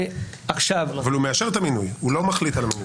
אבל הוא מאשר את המינוי, הוא לא מחליט על המינוי.